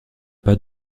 pas